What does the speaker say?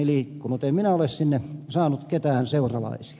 en minä ole sinne saanut ketään seuralaista